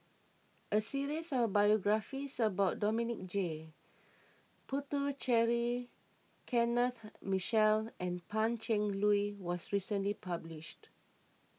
a series of biographies about Dominic J Puthucheary Kenneth Mitchell and Pan Cheng Lui was recently published